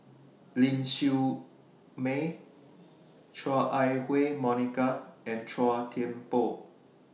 Ling Siew May Chua Ah Huwa Monica and Chua Thian Poh